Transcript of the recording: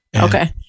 Okay